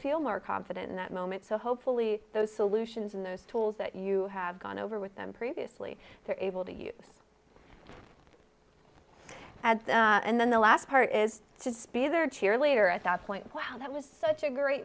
feel more confident in that moment so hopefully those solutions and those tools that you have gone over with them previously they're able to use add and then the last part is to speed their cheerleader at that point wow that was such a great